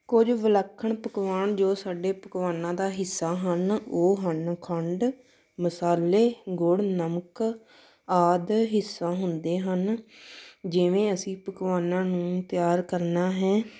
ਕੁਝ ਵਿਲੱਖਣ ਪਕਵਾਨ ਜੋ ਸਾਡੇ ਪਕਵਾਨਾਂ ਦਾ ਹਿੱਸਾ ਹਨ ਉਹ ਹਨ ਖੰਡ ਮਸਾਲੇ ਗੁੜ ਨਮਕ ਆਦਿ ਹਿੱਸਾ ਹੁੰਦੇ ਹਨ ਜਿਵੇਂ ਅਸੀਂ ਪਕਵਾਨਾਂ ਨੂੰ ਤਿਆਰ ਕਰਨਾ ਹੈ